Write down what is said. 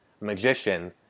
magician